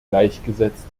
gleichgesetzt